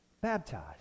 baptized